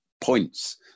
points